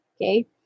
okay